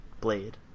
blade